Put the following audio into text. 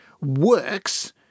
works